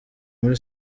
muri